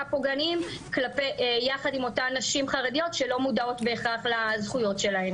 פוגעניים יחד עם אותן נשים חרדיות שלא מודעות בהכרח לזכויות שלהן.